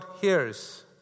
hears